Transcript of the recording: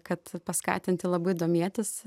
kad paskatinti labai domėtis